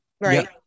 right